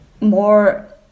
more